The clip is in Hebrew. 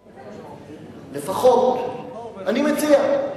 לפחות, אני מציע,